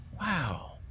Wow